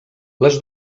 les